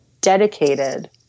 dedicated